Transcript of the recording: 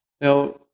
Now